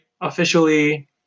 officially